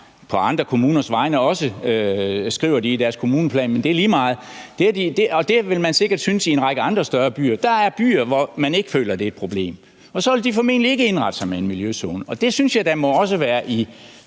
på andre kommuners vegne, skriver de i deres kommuneplan, men det er lige meget – og det vil man sikkert synes i en række andre større byer. Der er byer, hvor man ikke føler, det er et problem, og så vil de formentlig ikke indrette sig med en miljøzone. Det synes jeg da også må være i